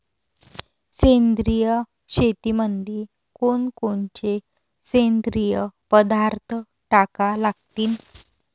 सेंद्रिय शेतीमंदी कोनकोनचे सेंद्रिय पदार्थ टाका लागतीन?